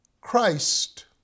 Christ